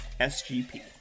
SGP